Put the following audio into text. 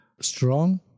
strong